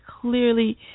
clearly